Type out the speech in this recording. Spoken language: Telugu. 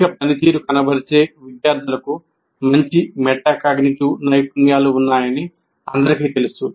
అధిక పనితీరు కనబరిచే విద్యార్థులకు మంచి మెటాకాగ్నిటివ్ నైపుణ్యాలు ఉన్నాయని అందరికీ తెలుసు